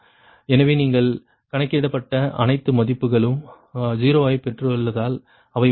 எனவே நீங்கள் கணக்கிடப்பட்ட அனைத்து மதிப்புகளும் 0 ஐப் பெற்றுள்ளதால் அவை ஒரே மாதிரியாக 1